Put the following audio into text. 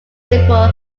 simple